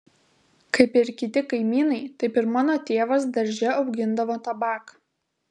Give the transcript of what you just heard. kaip ir kiti kaimynai taip ir mano tėvas darže augindavo tabaką